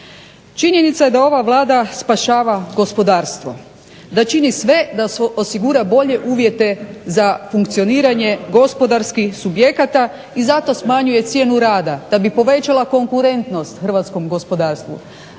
Činjenica je da ova Vlada spašava gospodarstvo, da čini sve da osigura bolje uvjete za funkcioniranje gospodarskih subjekata i zato smanjuje cijenu rada da bi povećala konkurentnost hrvatskom gospodarstvu.